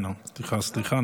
סליחה,